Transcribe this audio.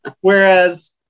whereas